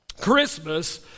Christmas